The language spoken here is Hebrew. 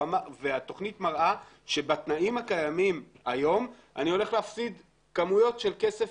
התוכנית מראה שבתנאים הקיימים היום אני הולך להפסיד כמויות של כסף,